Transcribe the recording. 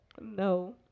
No